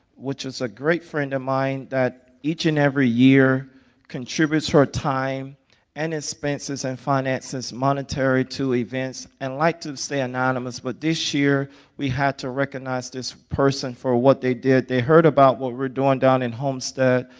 which is a great friend of mine that each and every year contributes her time and expenses and finances, monetary to events, and like likes to stay anonymous, but this year we had to recognize this person for what they did. they heard about what we were doing down in homestead.